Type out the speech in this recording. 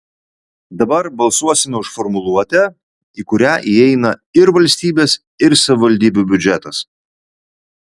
dabar balsuosime už formuluotę į kurią įeina ir valstybės ir savivaldybių biudžetas